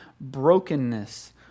brokenness